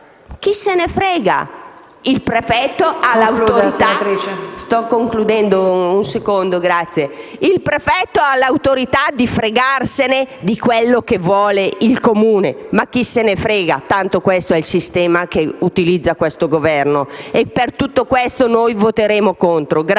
Chi se ne frega. Il prefetto ha l'autorità di fregarsene di quello che vuole il Comune. Ma chi se ne frega, tanto questo è il sistema utilizzato da questo Governo. Per tutte queste ragioni, noi voteremo contro.